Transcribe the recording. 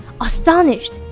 astonished